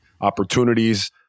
opportunities